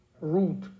root